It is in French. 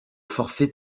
forfait